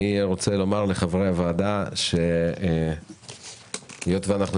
אני רוצה לומר לחברי הוועדה שהיות ואנחנו